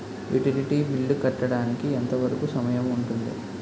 Utility bill కట్టడానికి ఎంత వరుకు సమయం ఉంటుంది?